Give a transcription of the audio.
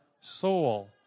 soul